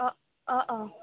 অঁ অঁ অঁ